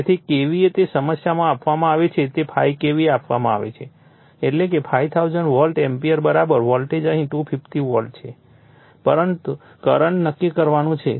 તેથી KVA તે સમસ્યામાં આપવામાં આવે છે તે 5 KVA આપવામાં આવે છે એટલે કે 5000 વોલ્ટ એમ્પીયર વોલ્ટેજ અહીં 250 વોલ્ટ છે અને કરંટ નક્કી કરવાનું છે